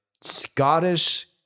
Scottish